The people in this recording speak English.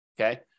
okay